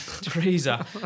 Teresa